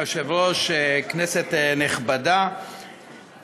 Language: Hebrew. מוסיף את חברת הכנסת רוזין, את חברת הכנסת